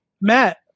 matt